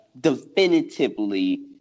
definitively